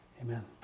Amen